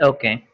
Okay